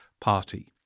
party